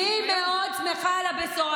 אני מאוד שמחה על הבשורה,